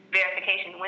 verification